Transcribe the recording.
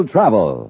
Travel